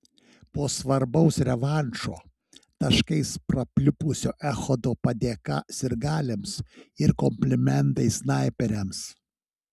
po svarbaus revanšo taškais prapliupusio echodo padėka sirgaliams ir komplimentai snaiperiams